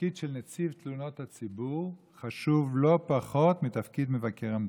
שהתפקיד של נציב תלונות הציבור חשוב לא פחות מתפקיד מבקר המדינה.